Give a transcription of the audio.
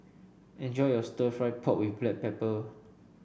enjoy your stir fry pork with Black Pepper